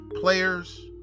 players